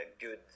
good